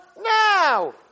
now